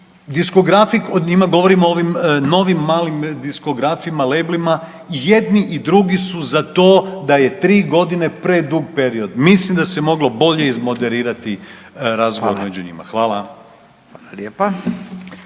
diskografi o njima govorim o ovim novim malim diskografima leblima, jedni i drugi su za to da je 3 godine predug period, mislim da se moglo bolje izmoderirati razgovor među njima. Hvala.